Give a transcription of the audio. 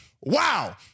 Wow